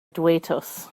duetos